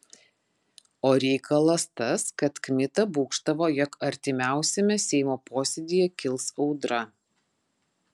o reikalas tas kad kmita būgštavo jog artimiausiame seimo posėdyje kils audra